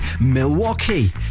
Milwaukee